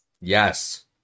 Yes